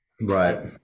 right